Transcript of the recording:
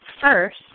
First